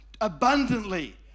abundantly